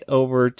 over